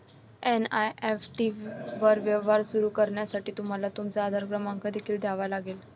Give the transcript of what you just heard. NEFT वर व्यवहार सुरू करण्यासाठी तुम्हाला तुमचा आधार क्रमांक देखील द्यावा लागेल